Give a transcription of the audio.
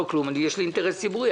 יש לי אינטרס ציבורי.